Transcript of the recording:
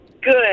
Good